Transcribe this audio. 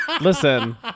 Listen